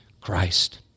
Christ